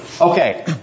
Okay